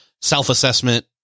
self-assessment